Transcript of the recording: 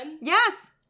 yes